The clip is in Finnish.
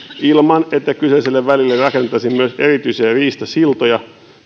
ilman että kyseiselle välille rakennettaisiin myös erityisiä riistasiltoja